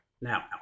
Now